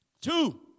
Two